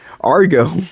Argo